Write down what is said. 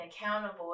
accountable